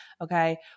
okay